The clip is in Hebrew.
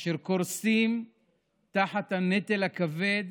אשר קורסים תחת הנטל הכבד